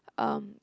um